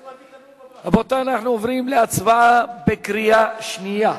רבותי, אנחנו עוברים להצבעה בקריאה שנייה.